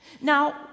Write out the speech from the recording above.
Now